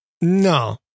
no